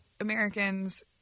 Americans